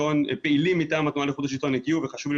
פעילים מטעם התנועה לאיכות השלטון הגיעו וחשוב לי